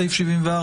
שסעיף 74,